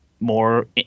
more